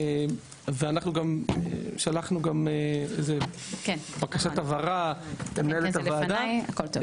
אנחנו שלחנו גם בקשת הבהרה למנהלת הוועדה.